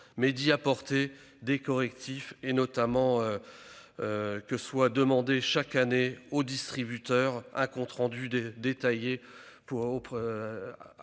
et à y apporter des correctifs, notamment en demandant chaque année aux distributeurs un compte rendu détaillé,